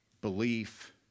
belief